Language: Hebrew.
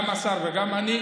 גם השר וגם אני,